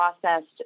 processed